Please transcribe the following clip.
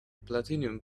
platinum